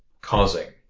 causing